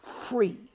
free